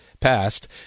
passed